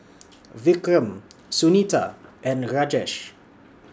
Vikram Sunita and Rajesh